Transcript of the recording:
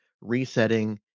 resetting